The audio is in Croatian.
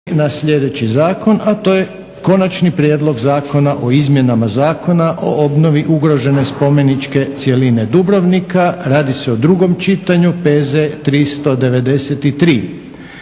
**Leko, Josip (SDP)** Konačni prijedlog zakona o izmjenama Zakona o obnovi ugrožene spomeničke cjeline Dubrovnika, drugo čitanje, PZ br.